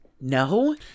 No